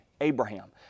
Abraham